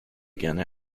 gerne